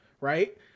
right